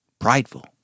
prideful